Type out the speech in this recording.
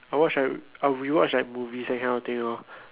I watch r~ I rewatch like movies that kind of thing lor